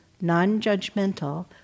non-judgmental